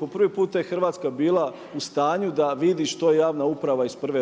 po prvi puta Hrvatska bila u stanju da vidi što je javna uprava iz prve ruke